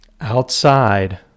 Outside